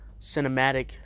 cinematic